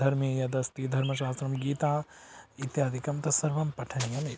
धर्मे यद् अस्ति धर्मशास्त्रं गीता इत्यादिकं तत्सर्वं पठनीयमेव